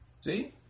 See